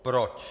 Proč?